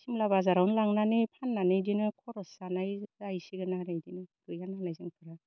सिमला बाजारावनो लांनानै फाननानै इदिनो खरस जानाय जाहैसिगोन आरो इदिनो गैयानालाय जोंफोरा